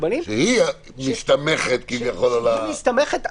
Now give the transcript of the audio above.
הקבינט המיוחד הזה להגבלות כן הסתמך על